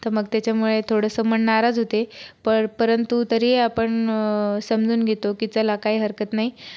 तर मग त्याच्यामुळे थोडंसं मन नाराज होते पर परंतु तरीही आपण समजून घेतो की चला काही हरकत नाही